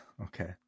Okay